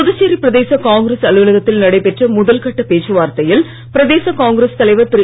புதுச்சேரி பிரதேச காங்கிரஸ் அலுவலகத்தில் நடைபெற்ற முதல் கட்ட பேச்சு வார்த்தையில் பிரதேச காங்கிரஸ் தலைவர் திரு